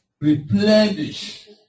replenish